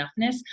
enoughness